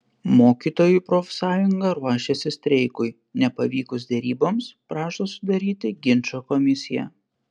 mokytojų profsąjunga ruošiasi streikui nepavykus deryboms prašo sudaryti ginčo komisiją